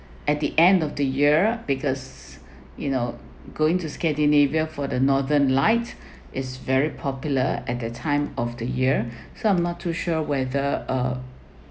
at the end of the year because you know going to scandinavia for the northern light is very popular at that time of the year so I'm not too sure whether uh